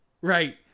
Right